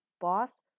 boss